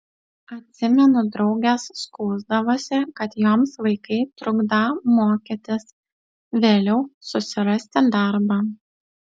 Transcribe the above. atsimenu draugės skųsdavosi kad joms vaikai trukdą mokytis vėliau susirasti darbą